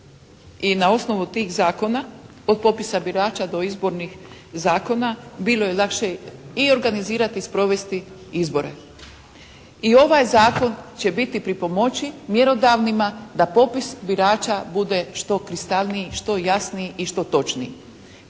i na osnovu tih zakona od popisa birača do izbornih zakona bilo je lakše i organizirati i sprovesti izbore. I ovaj zakon će biti pri pomoći mjerodavnima da popis birača bude što kristalniji, što jasniji i što točniji.